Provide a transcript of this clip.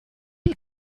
die